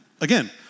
again